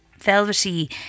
velvety